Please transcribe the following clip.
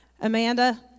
Amanda